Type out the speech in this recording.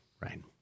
right